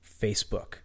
Facebook